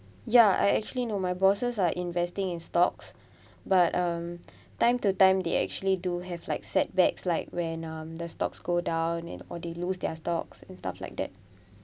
ya I actually know my bosses are investing in stocks but um time to time they actually do have like setbacks like when um the stocks go down and or they lose their stocks and stuff like that